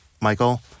Michael